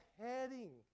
heading